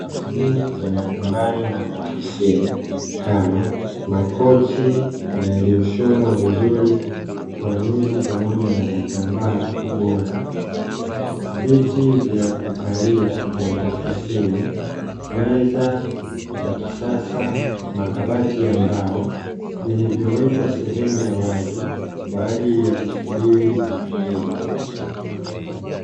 Samani za majumbani na maofisini, ama makochi yaliyoshonwa vizuri kwa nyuzi pamoja na vitambaa bora, viti vya kukalia vya maofisini, meza za kisasa, makabati ya mbao, vilivyowekwa sehemu ya wazi kwa ajili ya kusubiri wateja.